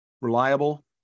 reliable